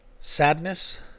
Sadness